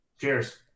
Cheers